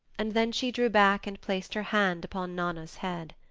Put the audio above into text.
and then she drew back and placed her hand upon nanna's head.